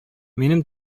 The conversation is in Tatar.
минем